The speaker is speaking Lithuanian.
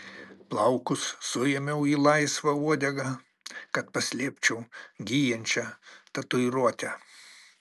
plaukus suėmiau į laisvą uodegą kad paslėpčiau gyjančią tatuiruotę